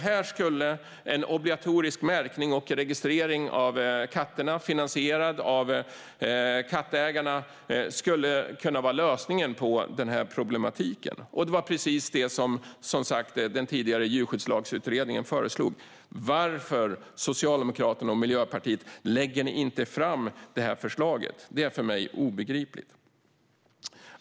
Här skulle en obligatorisk märkning och registrering av katterna finansierad av kattägarna kunna vara lösningen på problematiken. Det var precis det som den tidigare Djurskyddslagsutredningen föreslog. Varför, Socialdemokraterna och Miljöpartiet, lägger ni inte fram förslaget? Det är för mig obegripligt.